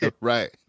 Right